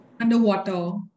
underwater